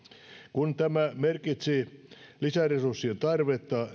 tämä merkitsi lisäresurssien tarvetta